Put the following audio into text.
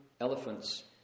elephants